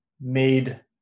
made